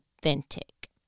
authentic